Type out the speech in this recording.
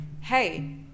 hey